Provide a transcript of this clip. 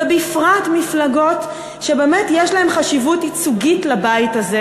ובפרט מפלגות שבאמת יש להן חשיבות ייצוגית לבית הזה,